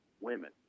women